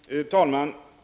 Herr talman!